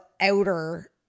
outer